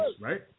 right